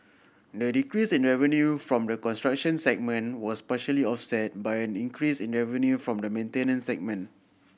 the decrease in revenue from the construction segment was partially offset by increase in revenue from the maintenance segment